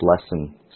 Lesson